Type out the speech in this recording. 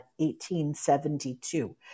1872